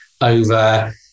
over